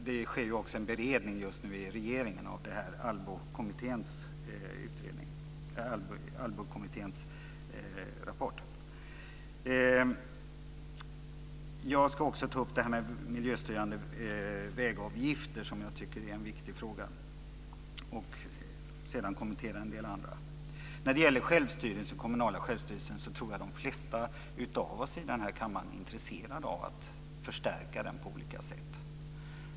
Det sker också en beredning just nu i regeringen, ALL Jag ska också ta upp miljöstyrande vägavgifter, som jag tycker är en viktig fråga, och sedan kommentera en del andra. När det gäller den kommunala självstyrelsen tror jag att de flesta av oss i denna kammare är intresserade av att förstärka den på olika sätt.